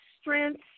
strengths